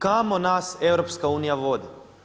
Kamo nas EU vodi?